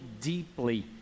deeply